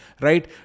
right